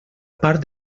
part